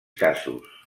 casos